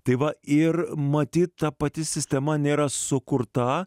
tai va ir matyt ta pati sistema nėra sukurta